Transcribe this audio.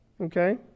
Okay